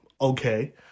okay